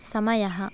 समयः